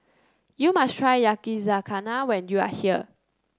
you must try Yakizakana when you are here